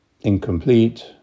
incomplete